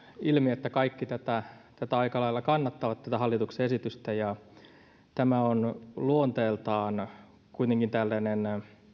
ilmi että kaikki aika lailla kannattavat tätä hallituksen esitystä tämä on luonteeltaan kuitenkin tällainen